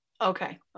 Okay